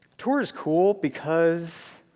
tor is cool because